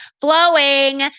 flowing